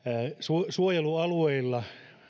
ympäristönsuojelualueilla